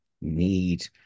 need